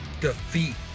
defeat